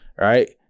right